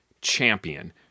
champion